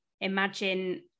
imagine